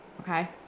Okay